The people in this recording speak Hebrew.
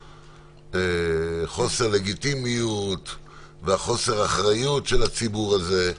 על חוסר הלגיטימיות וחוסר האחריות של הציבור הזה.